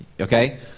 okay